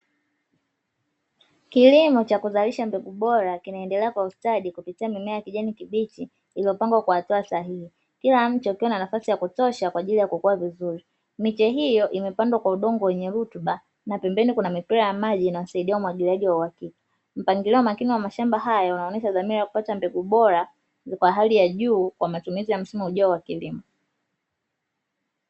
Kilimo cha kuzalisha mbegu bora kinaendelea kwa ustadi kupitia mimea ya kijani kibichi iliyopangwa kwa hatua sahihi. Ili mche huna nafasi ya kutosha kwa ajili ya kukua vizuri. Mimea hiyo imepandwa kwa udongo wenye rutuba na pembeni kuna mipira ya maji inayosaidia umwagiliaji wa waazi. Mpangilio makini wa mashamba haya unaonyesha dhamira ya kupata mbegu bora ni kwa hali ya juu kwa matumizi ya msimu ujao wa kilimo.